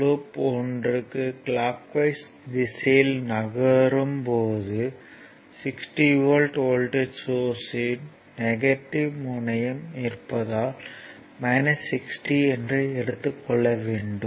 loop 1 clockwise திசையில் நகரும் போது 60 V வோல்ட்டேஜ் சோர்ஸ்யின் நெகட்டிவ் முனையம் இருப்பதால் 60 என்று எடுத்துக் கொள்ள வேண்டும்